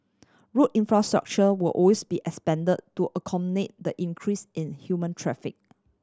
road infrastructure will also be expand to accommodate the increase in human traffic